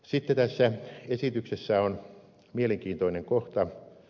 sitten tässä esityksessä on mielenkiintoinen kohta